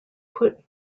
put